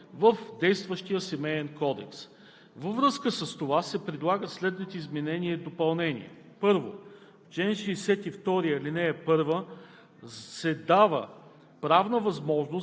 Вносителят поясни, че решението на Европейския съд е свързано с две разпоредби в действащия Семеен кодекс. Във връзка с това се предлагат следните изменения и допълнения: 1.